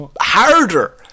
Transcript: harder